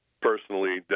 personally